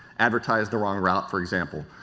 advertise the wrong route, for example.